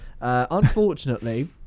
Unfortunately